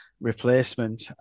replacement